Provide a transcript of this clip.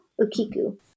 Ukiku